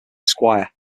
squire